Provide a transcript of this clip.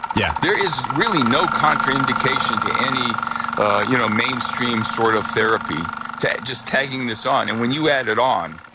yeah there is really no contrary indication to any ah you know mainstream sort of therapy to just tagging this on. and when you add it on,